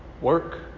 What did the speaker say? work